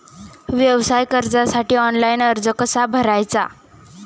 व्यवसाय कर्जासाठी ऑनलाइन अर्ज कसा भरायचा?